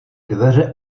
dveře